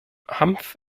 hanf